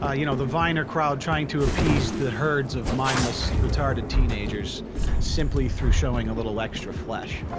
ah you know, the viner crowd trying to appease the herds of mindless retarded teenagers simply through showing a little extra flesh